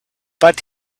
but